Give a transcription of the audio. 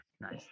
Nice